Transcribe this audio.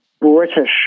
British